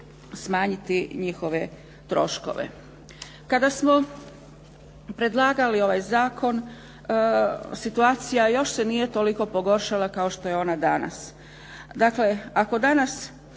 smanjiti njihove troškove. Kada smo predlagali ovaj zakon situacija još se nije toliko pogoršala kao što je ona danas. Dakle, ako danas